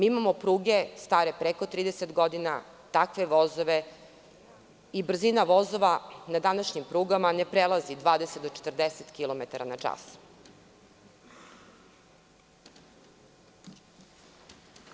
Imamo pruge stare preko 30 godina, takve vozove i brzina vozova na današnjim prugama ne prelazi 20 do 40 kilometara na čas.